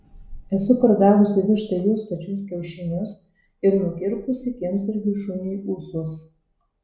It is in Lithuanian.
esu pardavusi vištai jos pačios kiaušinius ir nukirpusi kiemsargiui šuniui ūsus